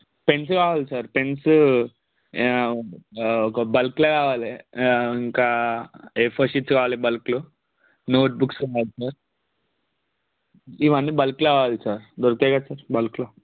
pens కావాలి sir pens ఒక బల్క్లో కావాలి ఇంకా ఏ ఫోర్ షీట్స్ కావాలి బల్క్లో నోట్ బుక్స్ ఉన్నాయా సార్ ఇవన్నీ బల్క్లో కావాలి సార్ దొరుకుతాయి కదా సార్ బల్క్లో